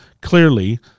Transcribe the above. clearly